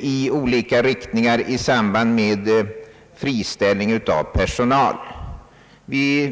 i olika riktningar i samband med friställning av personal.